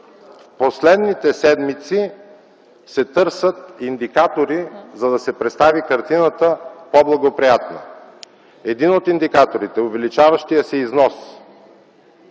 последните седмици се търсят индикатори, за да се представи картината по-благоприятно. Един от индикаторите – увеличаващият се износ.